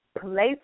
place